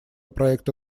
проекта